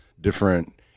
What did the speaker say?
different